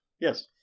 Yes